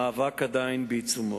המאבק עדיין בעיצומו.